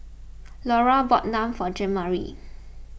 Laura bought Naan for Jeanmarie